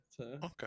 Okay